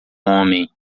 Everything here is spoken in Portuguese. homem